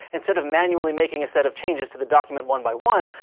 instead of manually making a set of changes to the document one by one,